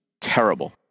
terrible